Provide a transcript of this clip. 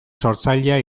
sortzailea